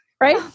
right